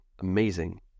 amazing